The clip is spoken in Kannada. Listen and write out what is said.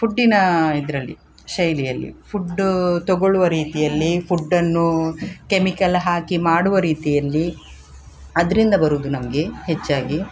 ಫುಡ್ಡಿನ ಇದರಲ್ಲಿ ಶೈಲಿಯಲ್ಲಿ ಫುಡ್ಡೂ ತೊಗೊಳ್ಳುವ ರೀತಿಯಲ್ಲಿ ಫುಡ್ಡನ್ನು ಕೆಮಿಕಲ್ ಹಾಕಿ ಮಾಡುವ ರೀತಿಯಲ್ಲಿ ಅದರಿಂದ ಬರುವುದು ನಮಗೆ ಹೆಚ್ಚಾಗಿ